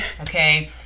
Okay